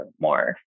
more